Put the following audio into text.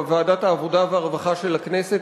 בוועדת העבודה והרווחה של הכנסת,